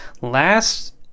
Last